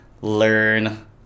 learn